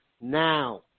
Now